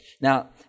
Now